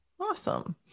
Awesome